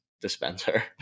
dispenser